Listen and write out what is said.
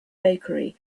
bakery